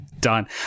done